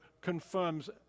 confirms